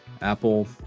Apple